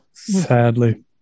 Sadly